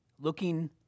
looking